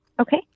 Okay